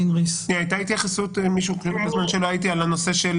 הייתה התייחסות בזמן שלא הייתי על הנושא של